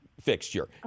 fixture